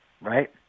right